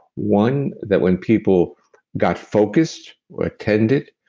one, that when people got focused attended,